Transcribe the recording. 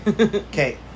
Okay